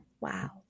Wow